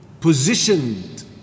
positioned